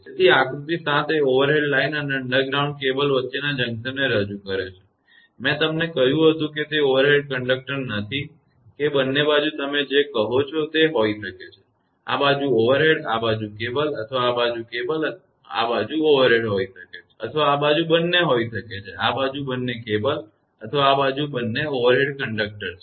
તેથી આકૃતિ 7 એ ઓવરહેડ લાઇન અને અંડરગ્રાઉંડ ભૂગર્ભ કેબલ વચ્ચેના જંકશનને રજૂ કરી શકે છે મેં તમને કહ્યું હતું કે તે ઓવરહેડ કંડક્ટર નથી કે બંને બાજુ તમે જે કહો છો તે હોઈ શકે છે આ બાજુ ઓવરહેડ આ બાજુ કેબલ અથવા આ બાજુ કેબલ આ બાજુ ઓવરહેડ હોઈ શકે છે અથવા આ બાજુ બંને હોઈ શકે છે આ બાજુ બંને કેબલ છે અથવા બંને ઓવરહેડ કંડક્ટર છે